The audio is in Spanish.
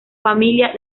familia